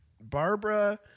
Barbara